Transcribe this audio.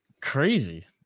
Crazy